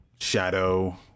shadow